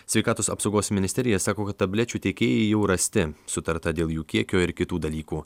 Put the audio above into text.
sveikatos apsaugos ministerija sako kad tablečių tiekėjai jau rasti sutarta dėl jų kiekio ir kitų dalykų